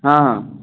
ହଁ ହଁ